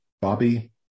Bobby